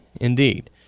indeed